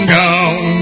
down